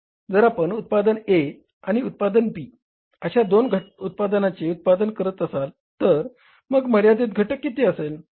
जर आपण उत्पादन A आणि उत्पादन B अशा दोन उत्पादनाचे उत्पादन करत असाल तर मग मर्यादित घटक किती असेल